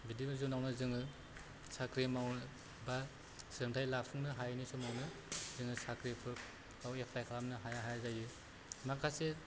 बिदिनि जुनावनो जोङो साख्रि माव बा सोलोंथाय लाफुंनो हायिनि समावनो जोङो साख्रिफोरखौ एप्लाय खालामनो हाया हाया जायो माखासे